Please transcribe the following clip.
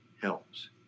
helps